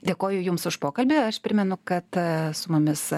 dėkoju jums už pokalbį aš primenu kad su mumis